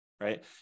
right